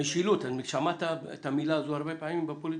משילות, שמעת הרבה פעמים את המילה הזאת בפוליטיקה?